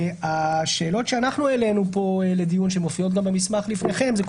השאלות שאנחנו העלינו פה לדיון ומופיעות גם במסמך שלפניכם זה,